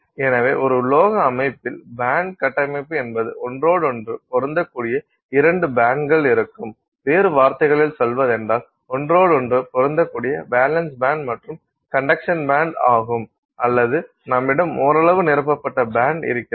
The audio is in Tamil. எனவே ஒரு உலோக அமைப்பில் பேண்ட் கட்டமைப்பு என்பது ஒன்றோடொன்று பொருந்தக்கூடிய இரண்டு பேண்ட்கள் இருக்கும் வேறு வார்த்தைகளில் சொல்வதென்றால் ஒன்றோடொன்று பொருந்தக்கூடிய வேலன்ஸ் பேண்ட் மற்றும் கண்டக்ஷன் பேண்ட் ஆகும் அல்லது நம்மிடம் ஓரளவு நிரப்பப்பட்ட பேண்ட் இருக்கிறது